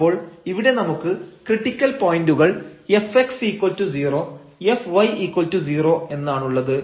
അപ്പോൾ ഇവിടെ നമുക്ക് ക്രിട്ടിക്കൽ പോയന്റുകൾ fx0 fy0 എന്നാണുള്ളത്